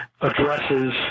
addresses